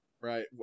right